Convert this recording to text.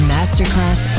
Masterclass